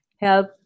help